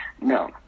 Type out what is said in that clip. No